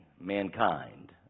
mankind